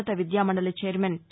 ఉన్నత విద్యామండలి chairman tea